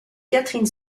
catherine